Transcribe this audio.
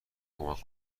کمک